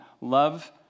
Love